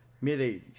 mid-80s